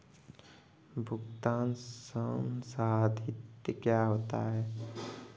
भुगतान संसाधित क्या होता है?